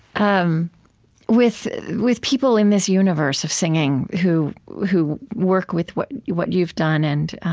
um with with people in this universe of singing who who work with what what you've done. and